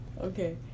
Okay